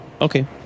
okay